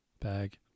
bag